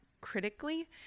critically